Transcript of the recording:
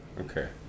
Okay